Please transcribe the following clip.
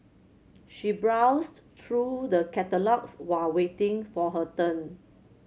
she browsed through the catalogues while waiting for her turn